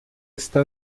está